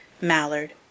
mallard